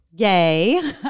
Yay